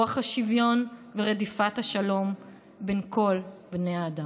רוח השוויון ורדיפת השלום בין כל בני האדם.